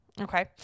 Okay